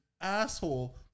Asshole